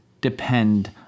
depend